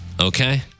Okay